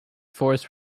force